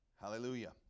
Hallelujah